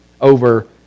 over